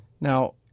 Now